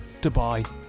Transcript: dubai